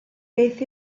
beth